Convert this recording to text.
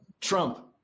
Trump